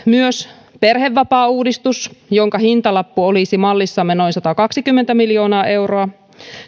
myös perhevapaauudistus jonka hintalappu olisi mallissamme noin satakaksikymmentä miljoonaa euroa